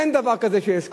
אין דבר כזה שיש קושי.